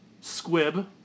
Squib